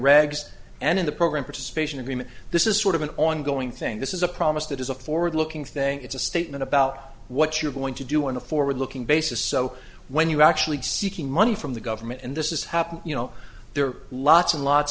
regs and in the program participation agreement this is sort of an ongoing thing this is a promise that is a forward looking thing it's a statement about what you're going to do on a forward looking basis so when you actually seeking money from the government and this is happening you know there are lots and lots